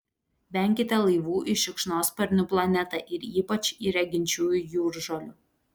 venkite laivų į šikšnosparnių planetą ir ypač į reginčiųjų jūržolių